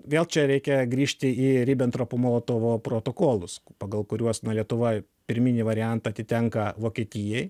vėl čia reikia grįžti į ribentropo molotovo protokolus pagal kuriuos na lietuva pirminį variantą atitenka vokietijai